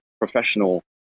professional